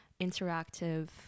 interactive